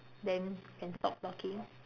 then stop talking